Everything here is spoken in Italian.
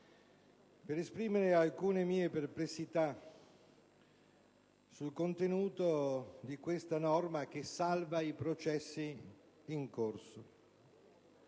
per esprimere alcune mie perplessità sul contenuto di questa norma che salva i processi in corso.